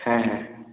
হ্যাঁ হ্যাঁ